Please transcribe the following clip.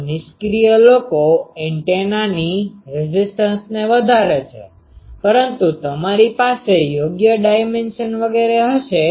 તો નિષ્ક્રિય લોકો એન્ટેનાની રેઝીસ્ટન્સને વધારે છે પરંતુ તમારી પાસે યોગ્ય ડાઇમેન્શન dimensionપરિમાણ વગેરે હશે